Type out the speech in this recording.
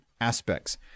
aspects